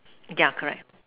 yeah correct